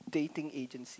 dating agency